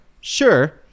Sure